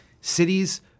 Cities